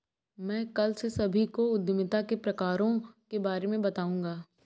मैं कल से सभी को उद्यमिता के प्रकारों के बारे में बताऊँगा